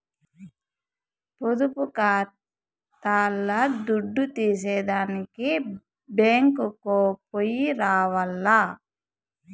పొదుపు కాతాల్ల దుడ్డు తీసేదానికి బ్యేంకుకో పొయ్యి రావాల్ల